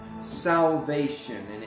salvation